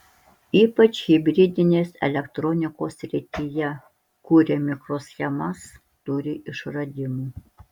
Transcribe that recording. ypač hibridinės elektronikos srityje kuria mikroschemas turi išradimų